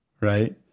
right